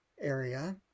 area